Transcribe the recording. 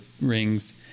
rings